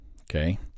Okay